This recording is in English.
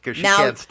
Now